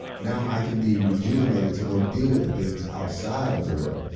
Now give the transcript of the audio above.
now i can be rejuvenated to go deal with the things outside of the world.